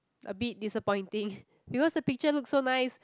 a bit disappointing because the picture look so nice